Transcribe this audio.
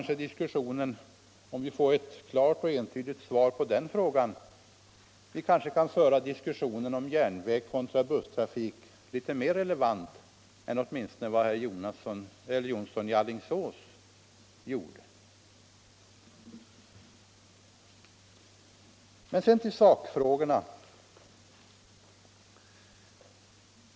Om vi får ett klart och entydigt svar på den frågan kanske vi kan föra diskussionen om järnvägstrafik kontra busstrafik litet mer realistiskt än åtminstone herr Jonsson i Alingsås gjorde. Sedan till sakfrågorna.